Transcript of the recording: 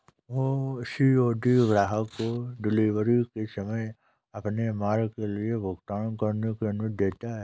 COD ग्राहक को delivery के समय अपने माल के लिए भुगतान करने की अनुमति देता है